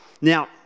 Now